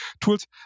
tools